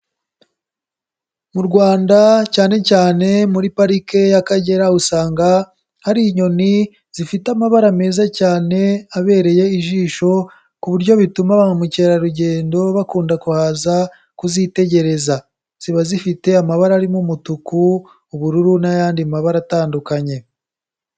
Mu Rwanda cyane cyane muri Parike y'Akagera usanga hari inyoni zifite amabara meza cyane abereye ijisho ku buryo bituma ba mukerarugendo bakunda kuhaza kuzitegereza, ziba zifite amabara arimo umutuku, ubururu n'ayandi mabara atandukanye.